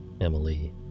Emily